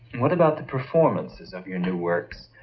what about the performances of your new works?